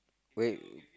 wait